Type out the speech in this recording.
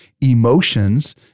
emotions